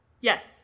Yes